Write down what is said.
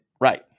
right